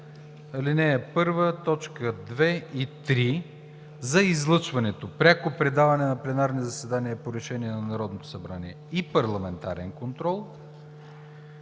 и 3, за излъчването – пряко предаване на пленарни заседания по решение на Народното събрание и парламентарен контрол,